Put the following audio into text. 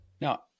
Now